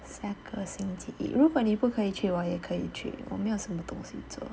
下个星期一如果你不可以去我也可以去我没有什么东西做